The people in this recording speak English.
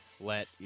let